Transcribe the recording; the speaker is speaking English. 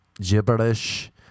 Gibberish